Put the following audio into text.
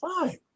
fine